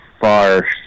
far